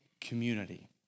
community